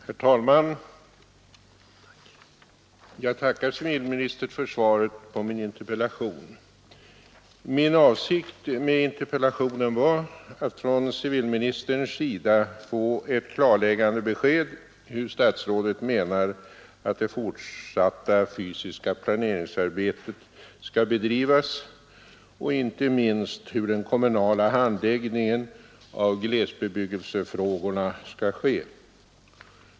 Herr talman! Jag tackar civilministern för svaret på min interpellation. Min avsikt med interpellationen var att från civilministern få ett klarläggande besked hur statsrådet menar att det fortsatta fysiska planeringsarbetet skall bedrivas och inte minst hur den kommunala handläggningen av glesbebyggelsefrågorna skall ske.